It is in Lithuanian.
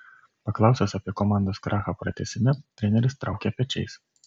paklaustas apie komandos krachą pratęsime treneris traukė pečiais